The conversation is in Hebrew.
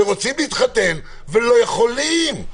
הם רוצים להתחתן ולא יכולים.